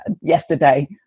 yesterday